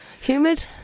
Humid